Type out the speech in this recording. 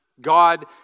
God